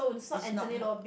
it's not ha